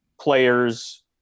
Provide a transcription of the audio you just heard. players